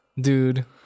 Dude